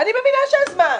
אני מבינה שאין זמן.